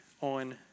on